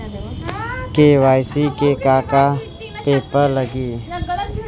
KYC में का का पेपर लगी?